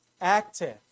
active